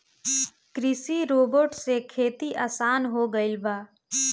कृषि रोबोट से खेती आसान हो गइल बा